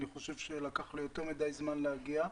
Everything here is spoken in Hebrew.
אני חושב שלקח לו יותר מדי זמן להגיע.